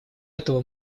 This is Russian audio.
этого